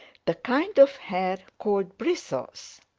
the kind of hair called bristles.